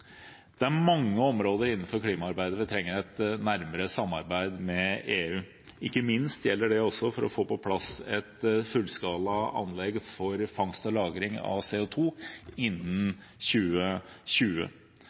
Det er mange områder innenfor klimaarbeidet hvor vi trenger et nærmere samarbeid med EU, ikke minst gjelder det for å få på plass et fullskalaanlegg for fangst og lagring av